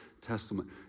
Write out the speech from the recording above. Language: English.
Testament